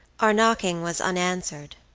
our knocking was unanswered.